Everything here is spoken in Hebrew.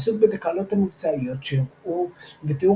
עיסוק בתקלות המבצעיות שאירעו ותיאור